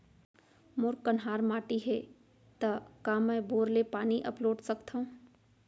मोर कन्हार माटी हे, त का मैं बोर ले पानी अपलोड सकथव?